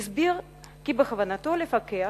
הסביר כי בכוונתו לפקח,